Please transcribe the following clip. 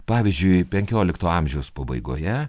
pavyzdžiui penkiolikto amžiaus pabaigoje